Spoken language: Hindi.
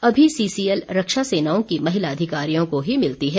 अभी सीसीएल रक्षा सेनाओं की महिला अधकारियों को ही मिलती है